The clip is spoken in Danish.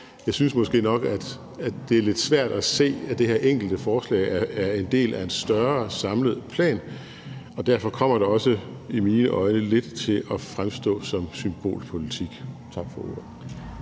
at jeg måske nok synes, at det er lidt svært at se, at det her enkelte forslag er en del af en større samlet plan, og derfor kommer det også i mine øjne lidt til at fremstå som symbolpolitik. Tak for ordet.